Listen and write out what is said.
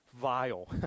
vile